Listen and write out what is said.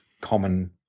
common